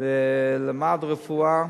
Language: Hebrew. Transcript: ולמד רפואה